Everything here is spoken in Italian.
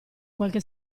qualche